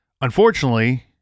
Unfortunately